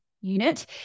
unit